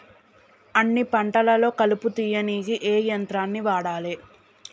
అన్ని పంటలలో కలుపు తీయనీకి ఏ యంత్రాన్ని వాడాలే?